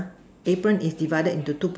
apron is divide into two portion